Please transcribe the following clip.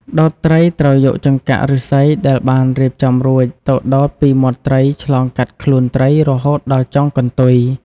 ដោតត្រី ត្រូវយកចង្កាក់ឫស្សីដែលបានរៀបចំរួចទៅដោតពីមាត់ត្រីឆ្លងកាត់ខ្លួនត្រី រហូតដល់ចុងកន្ទុយ។